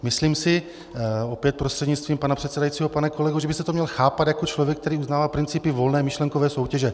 Myslím si, opět prostřednictvím předsedajícího pane kolego, že byste to měl chápat jako člověk, který uznává principy volné myšlenkové soutěže.